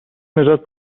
نجات